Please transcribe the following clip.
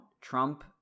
Trump